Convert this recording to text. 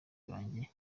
banjye